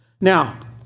Now